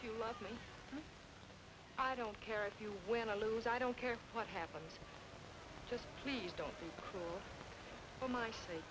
you love me i don't care if you win or lose i don't care what happens just please don't tell my s